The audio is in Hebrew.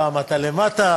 פעם אתה למטה.